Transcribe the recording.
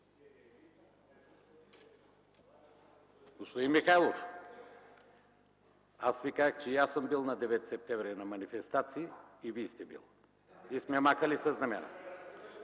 Господин Михайлов, аз Ви казах, че и аз съм бил на 9 септември на манифестации и Вие сте били, и сме махали със знамената.